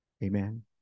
Amen